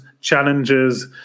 challenges